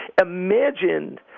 Imagine